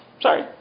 Sorry